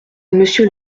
monsieur